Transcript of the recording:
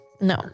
No